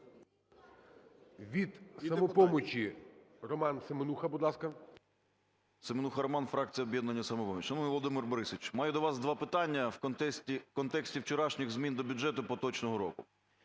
Від "Самопомочі" Роман Семенуха, будь ласка. 10:32:23 СЕМЕНУХА Р.С. Семенуха Роман, фракція "Об'єднання "Самопоміч". Шановний Володимир Борисович, маю до вас два питання в контексті вчорашніх змін до бюджету поточного року.